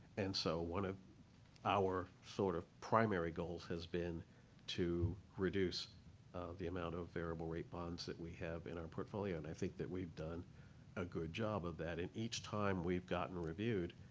and so one of our sort of primary goals has been to reduce the amount of variable rate bonds that we have in our portfolio. and i think that we've done a good job of that. and each time we've gotten a reviewed,